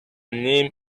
name